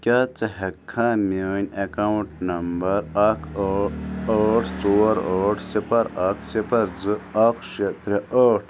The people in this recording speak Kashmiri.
کیٛاہ ژٕ ہیٚکہِ کھا میٛٲنۍ ایٚکاونٛٹ نمبر اکھ ٲٹھ ژور ٲٹھ صفر اکھ صفر زٕ اکھ شےٚ ترٛےٚ ٲٹھ